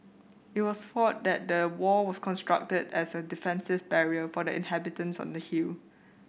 it was thought that the wall was constructed as a defensive barrier for the inhabitants on the hill